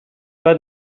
pas